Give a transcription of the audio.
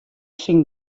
syn